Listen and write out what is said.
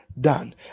done